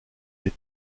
des